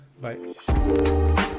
Bye